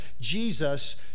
Jesus